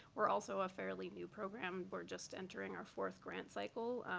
we're also a fairly new program. we're just entering our fourth grant cycle.